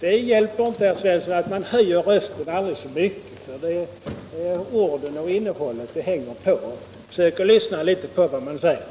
Det hjälper inte, herr Svensson, att man höjer rösten aldrig så mycket, det är orden och innehållet det hänger på. Försök att lyssna litet på vad som sägs.